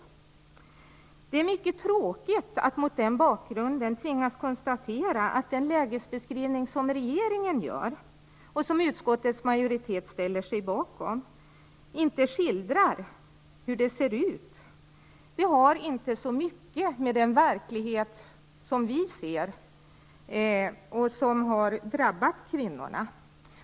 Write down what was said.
Det är mycket tråkigt att mot den bakgrunden tvingas konstatera att den lägesbeskrivning som regeringen gör och som utskottets majoritet ställer sig bakom inte skildrar hur det ser ut. Den speglar inte så mycket av den verklighet som vi ser och som har drabbat kvinnorna.